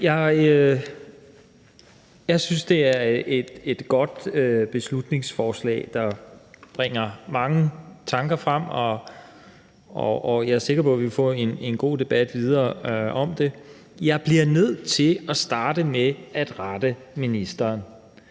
Jeg synes, det er et godt beslutningsforslag, der bringer mange tanker frem, og jeg er sikker på, vi vil få en god debat videre om det. Jeg bliver nødt til at starte med at rette ministeren,